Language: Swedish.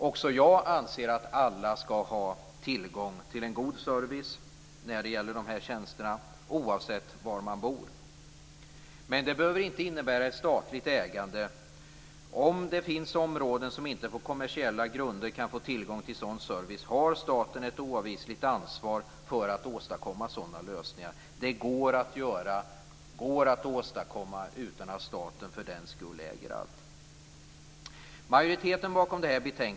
Också jag anser att alla skall ha tillgång till en god service när det gäller de här tjänsterna, oavsett var man bor. Men det behöver inte innebära ett statligt ägande. Om det finns områden som inte på kommersiella grunder kan få tillgång till sådan service har staten ett oavvisligt ansvar för att åstadkomma sådana lösningar. Detta går det att åstadkomma utan att staten för den skull äger allt.